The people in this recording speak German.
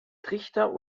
trichter